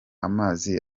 amazi